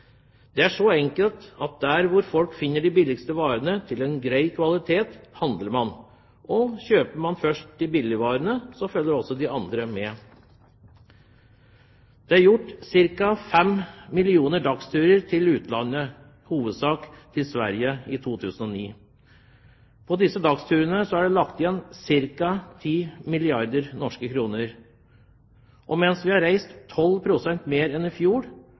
Det er så enkelt at der hvor folk finner de billigste varene av en grei kvalitet, handler man. Og kjøper man først de billige varene, følger også de andre med. Det er gjort ca. fem millioner dagsturer til utlandet, i hovedsak til Sverige, i 2009. På disse dagsturene er det lagt igjen ca. 10 milliarder norske kroner. Mens vi har reist 12 pst. mer enn i fjor,